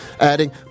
adding